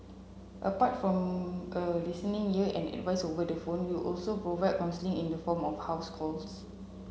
apart from a listening ear and advice over the phone we also provide counselling in the form of house calls